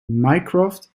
mycroft